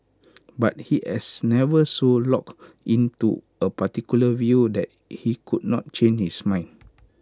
but he is never so locked in to A particular view that he could not change his mind